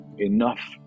enough